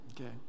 Okay